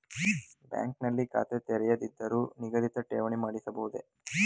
Bank ನಲ್ಲಿ ಖಾತೆ ತೆರೆಯದಿದ್ದರೂ ನಿಗದಿತ ಠೇವಣಿ ಮಾಡಿಸಬಹುದೇ?